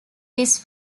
this